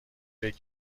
فکر